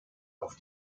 auf